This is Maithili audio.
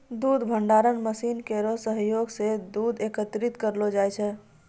दूध भंडारण मसीन केरो सहयोग सें दूध एकत्रित करलो जाय छै